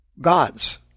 gods